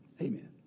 Amen